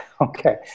Okay